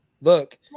Look